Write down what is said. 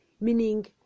Meaning